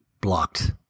blocked